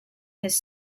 his